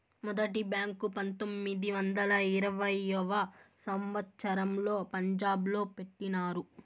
మొదటి బ్యాంకు పంతొమ్మిది వందల ఇరవైయవ సంవచ్చరంలో పంజాబ్ లో పెట్టినారు